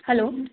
hello